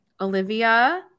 Olivia